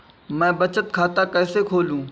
मैं बचत खाता कैसे खोलूं?